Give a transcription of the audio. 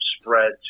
spread